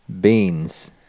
Beans